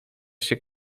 się